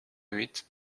huit